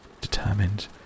determined